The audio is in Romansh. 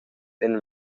ein